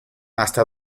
hasta